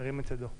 ירים את ידו.